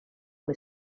amb